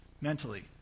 mentally